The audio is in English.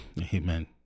Amen